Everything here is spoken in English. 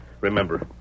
Remember